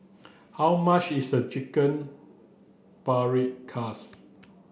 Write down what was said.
how much is Chicken Paprikas